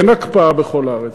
אין הקפאה בכל הארץ.